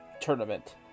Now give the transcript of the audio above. tournament